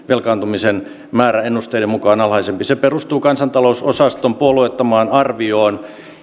velkaantumisen määrä ennusteiden mukaan on alhaisempi se perustuu kansantalousosaston puolueettomaan arvioon